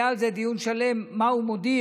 היה על זה דיון שלם, מה הוא מודיע,